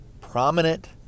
prominent